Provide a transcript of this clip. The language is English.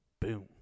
boom